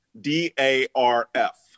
D-A-R-F